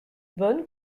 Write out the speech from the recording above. bonne